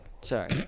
Sorry